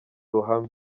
ruhame